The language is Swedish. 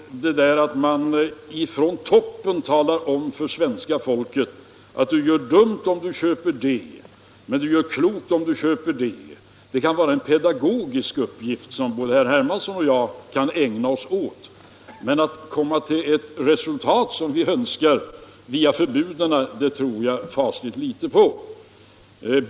Att från toppen tala om för svenska folket att det är dumt att köpa det, men klokt att köpa det kan vara en pedagogisk uppgift, som både herr Hermansson och jag kan ägna oss åt. Men jag tror fasligt litet på att vi kan komma till det resultat vi önskar genom förbud.